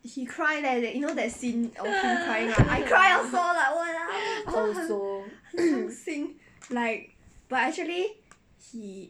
I also